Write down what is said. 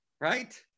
right